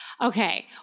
Okay